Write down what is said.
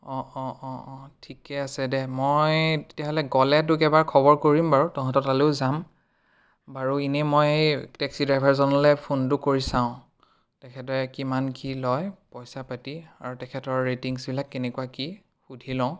অঁ অঁ অঁ অঁ ঠিকেই আছে দে মই তেতিয়াহ'লে গ'লে তোক এবাৰ খবৰ কৰিম বাৰু তহঁতৰ তালৈও যাম বাৰু এনেই মই টেক্সী ড্ৰাইভাৰজনলৈ ফোনটো কৰি চাওঁ তেখেতে কিমান কি লয় পইচা পাতি আৰু তেখেতৰ ৰেটিংছবিলাক কেনেকুৱা কি সুধি লওঁ